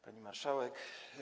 Pani Marszałek!